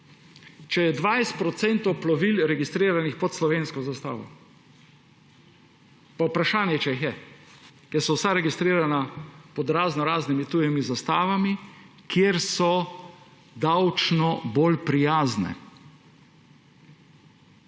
če je 20 % plovil registriranih pod slovensko zastavo. Pa vprašanje, če jih je, ker so vsa registrirana pod raznoraznimi tujimi zastavami, kjer so davčno bolj prijazni.